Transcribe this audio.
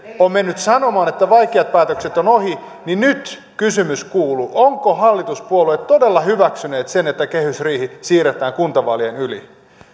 on mennyt sanomaan että vaikeat päätökset ovat ohi niin nyt kysymys kuuluu ovatko hallituspuolueet todella hyväksyneet sen että kehysriihi siirretään kuntavaalien yli